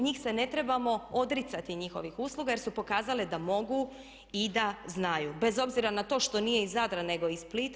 Njih se ne trebamo odricati njihovih usluga jer su pokazale da mogu i da znaju bez obzira na to što nije iz Zadra nego iz Splita.